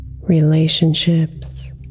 relationships